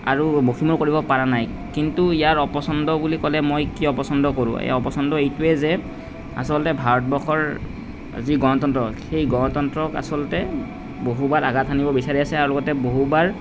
আৰু মষিমূৰ কৰিব পৰা নাই কিন্তু ইয়াৰ অপচন্দ বুলি ক'লে মই কিয় অপচন্দ কৰোঁ ইয়াৰ অপচন্দ এইটোৱেই যে আচলতে ভাৰতবৰ্ষৰ যি গণতন্ত্ৰ সেই গণতন্ত্ৰক আচলতে বহুবাৰ আঘাত সানিব বিচাৰি আছে আৰু লগতে বহুবাৰ